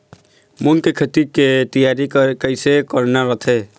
मूंग के खेती के तियारी कइसे करना रथे?